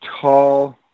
tall